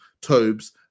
Tobes